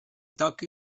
toqui